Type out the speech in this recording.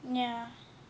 ya